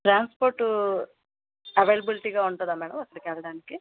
transport అవైలబులిటీగా ఉంటుందా madam అక్కడికి వెళ్ళడానికి